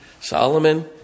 Solomon